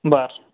बरं